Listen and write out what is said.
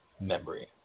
memory